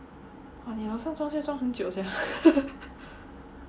你楼上装修装很久 sia